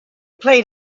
played